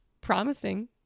promising